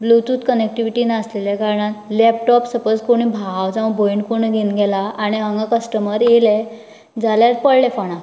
Bluetooth connectivity नासलेल्या कारणान laptop suppose कोणें भाव जावं भयण कोणें घेवन गेला आनी हांगा कस्टमर येयलो जाल्यार पडलें फोंडान